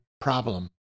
problem